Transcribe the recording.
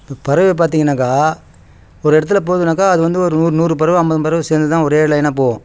இப்போ பறவையை பார்த்தீங்கனாக்கா ஒரு இடத்துல போகுதுனாக்கா அது வந்து ஒரு நூறு நூறு பறவை ஐம்பது பறவை சேர்ந்து தான் ஒரே லைனாக போகும்